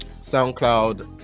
soundcloud